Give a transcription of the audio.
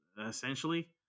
essentially